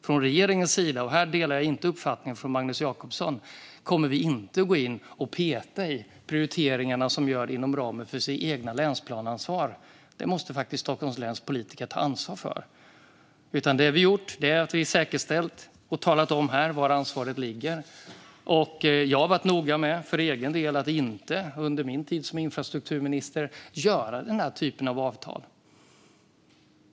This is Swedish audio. Från regeringens sida - och här delar jag inte Magnus Jacobssons uppfattning - kommer vi inte att gå in och peta i de prioriteringar som regionerna gör inom ramen för den egna länsplanen. Detta måste Stockholms läns politiker ta ansvar för. Vi har säkerställt och talat om var ansvaret ligger. Jag har för egen del varit noga med att under min tid som infrastrukturminister inte gå med på den här typen av avtal.